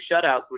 shutouts